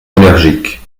allergiques